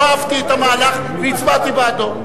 לא אהבתי את המהלך והצבעתי בעדו.